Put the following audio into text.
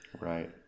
Right